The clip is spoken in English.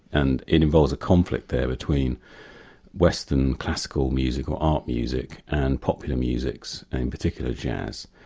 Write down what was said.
and it involves a conflict there between western classical music or art music and popular musics and in particular jazz.